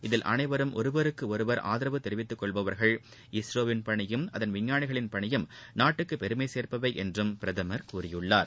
இதில் அனைவரும் ஒருவருக்கு ஒருவர் ஆதரவு தெரிவித்துக் இந்தியா ஒரு குடும்பம் கொள்பவர்கள் இஸ்ரோவின் பணியும் அதன் விஞ்ஞானிகளின் பணியும் நாட்டுக்கு பெருமை சேர்ப்பவை என்றும் பிரதமர் கூறியிருக்கிறார்